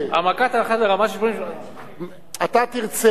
העמקת ההנחה לרמה של 88%. אתה תרצה,